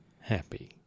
happy